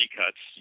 cuts